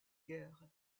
guerre